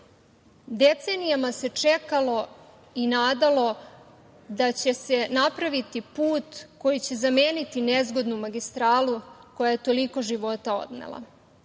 Decenijama se čekalo i nadalo da će se napraviti put koji će zameniti nezgodnu magistralu koja je toliko života odnela,